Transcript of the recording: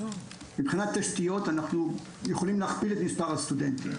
מבחינת תשתיות אנחנו יכולים להכפיל את מספר הסטודנטים.